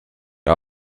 die